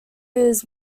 his